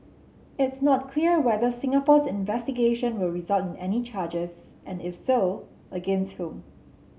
it's not clear whether Singapore's investigation will result in any charges and if so against whom